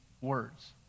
words